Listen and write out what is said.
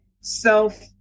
self